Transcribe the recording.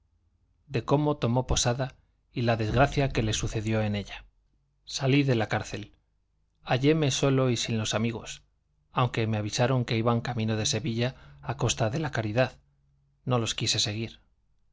de cómo tomó posada y la desgracia que le sucedió en ella salí de la cárcel halléme solo y sin los amigos aunque me avisaron que iban camino de sevilla a costa de la caridad no los quise seguir